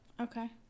Okay